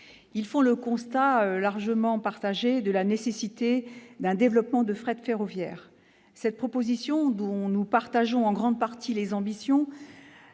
font le constat, largement partagé, de la nécessité d'un développement du fret ferroviaire. Cette proposition, dont nous partageons en grande partie les ambitions,